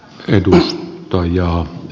arvoisa puhemies